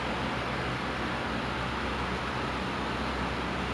but that's so bad lah obviously you have to change your lifestyle and if that happens